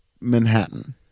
Manhattan